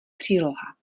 příloha